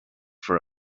for